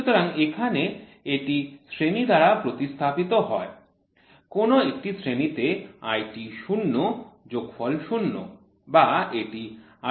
সুতরাং এখন এটি শ্রেণি দ্বারা প্রতিস্থাপিত হয় কোন একটি শ্রেণী IT0 যোগফল ০ বা এটি IT xx হতে পারে